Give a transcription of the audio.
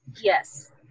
Yes